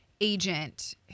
agent